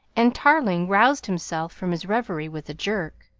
and tarling roused himself from his reverie with a jerk.